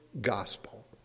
gospel